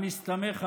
המסתמך עליהם.